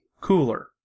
cooler